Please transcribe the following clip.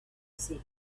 said